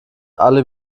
alle